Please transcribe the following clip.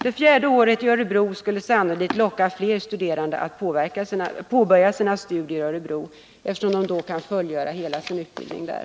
Det fjärde året i Örebro skulle sannolikt locka fler studerande att påbörja sina studier i Örebro, eftersom de då kan fullgöra hela sin utbildning där.